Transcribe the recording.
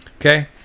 Okay